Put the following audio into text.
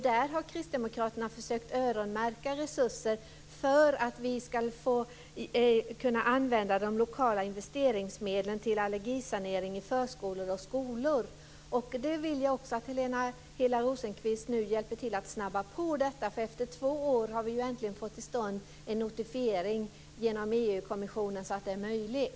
Där har kristdemokraterna försökt öronmärka resurser för att vi ska kunna använda de lokala investeringsmedlen till allergisanering i förskolor och skolor. Jag vill också att Helena Hillar Rosenqvist nu hjälper till att snabba på detta. Efter två år har vi äntligen genom EU-kommissionen fått till stånd en notifiering så att det är möjligt.